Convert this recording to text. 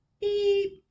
beep